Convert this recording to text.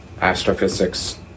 astrophysics